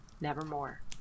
Nevermore